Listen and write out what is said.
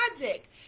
magic